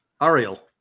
Ariel